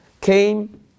came